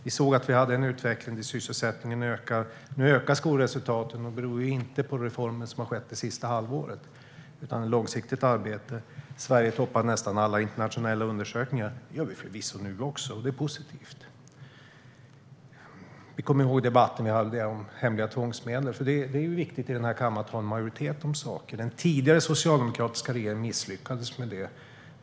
Vi såg att vi hade en utveckling där sysselsättningen ökade. Nu blir skolresultaten bättre, och det beror inte på reformer som har skett det senaste halvåret utan på ett långsiktigt arbete. Sverige toppade nästan alla internationella undersökningar. Det gör vi förvisso nu också, och det är positivt. Vi kommer ihåg debatten vi förde om hemliga tvångsmedel. Det är viktigt att ha en majoritet om saker i den här kammaren. Den tidigare socialdemokratiska regeringen misslyckades med det.